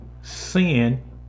sin